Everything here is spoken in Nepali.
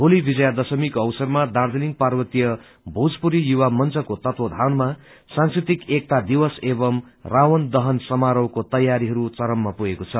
भोली विजया दशमीको अवसरमा दार्जीलिङ पार्वतीय भेजपूरी मंचको तत्वाधनमा सांस्कृतिक एकता दिवस एवम् रावण दहन समारोहाके तौरीहरू चरममा पुगेको छ